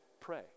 Pray